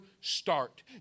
start